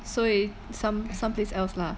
所以 some some place else lah